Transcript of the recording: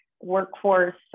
workforce